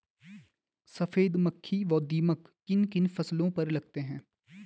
सफेद मक्खी व दीमक किन किन फसलों पर लगते हैं?